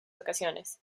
ocasiones